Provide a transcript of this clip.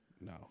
No